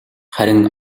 харин